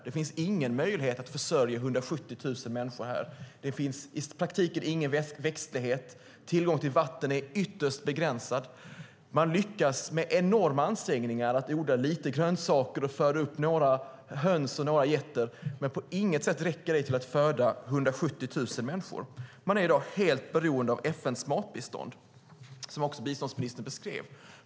Det finns ingen möjlighet att försörja 170 000 människor här. Det finns i praktiken ingen växtlighet. Tillgången till vatten är ytterst begränsad. Man lyckas med enorma ansträngningar odla lite grönsaker och föda upp några höns och några getter, men det räcker på inget sätt till för att föda 170 000 människor. Man är i dag helt beroende av FN:s matbistånd, som också biståndsministern beskrev.